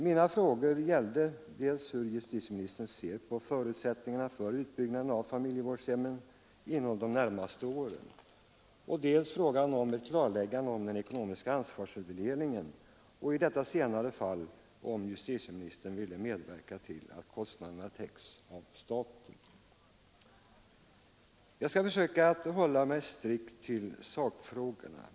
Mina frågor gällde dels hur justitieministern ser på förutsättningarna för utbyggnaden av familjevårdshemmen inom de närmaste åren, dels frågan om ett klarläggande av den ekonomiska ansvarsfördelningen och i det senare fallet om justitieministern ville medverka till att kostnaderna täcks av staten. Jag skall försöka att hålla mig strikt till sakfrågorna.